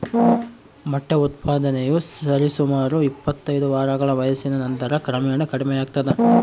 ಮೊಟ್ಟೆ ಉತ್ಪಾದನೆಯು ಸರಿಸುಮಾರು ಇಪ್ಪತ್ತೈದು ವಾರಗಳ ವಯಸ್ಸಿನ ನಂತರ ಕ್ರಮೇಣ ಕಡಿಮೆಯಾಗ್ತದ